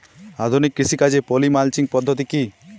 আধুনিক কৃষিকাজে poly mulching পদ্ধতি কি?